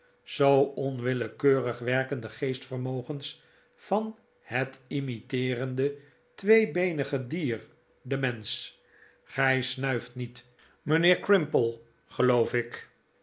zoo onwillekeurig werken de geestvermogens van het imiteeren de tweebeenige dier de mensch gij snuift niet mijnheer crimple geloof ik